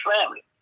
family